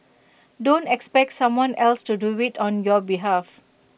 don't expect someone else to do IT on your behalf